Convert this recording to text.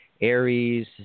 aries